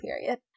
period